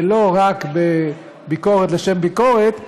ולא רק בביקורת לשם ביקורת,